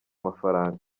mafaranga